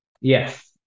Yes